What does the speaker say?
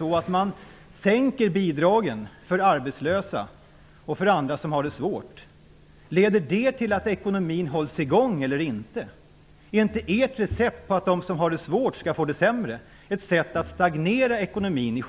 Om man sänker bidragen för arbetslösa och för andra som har det svårt, leder det då till att ekonomin hålls i gång eller inte? Är inte ert recept, att de som har det svårt skall få det sämre, ett sätt att i själva verket stagnera ekonomin?